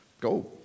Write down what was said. Go